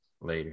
Later